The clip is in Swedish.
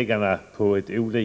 i denna proposition.